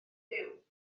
byw